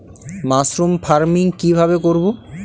Mushroom farming কি ভাবে করব?